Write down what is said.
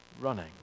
running